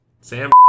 Sam